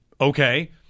Okay